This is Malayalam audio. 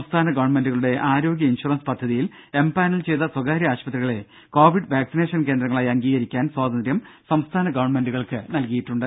സംസ്ഥാന ഗവൺമെന്റുകളുടെ ആരോഗ്യ ഇൻഷുറൻസ് പദ്ധതിയിൽ എംപാനൽ ചെയ്ത സ്വകാര്യ ആശുപത്രികളെ കോവിഡ് വാക്സിനേഷൻ കേന്ദ്രങ്ങളായി അംഗീകരിക്കാൻ സ്വാതന്ത്ര്യം സംസ്ഥാന ഗവൺമെന്റുകൾക്ക് നൽകിയിട്ടുണ്ട്